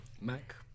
Mac